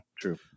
true